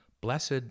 Blessed